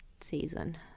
season